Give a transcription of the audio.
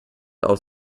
aus